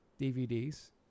DVDs